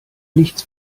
nichts